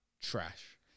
trash